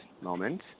moment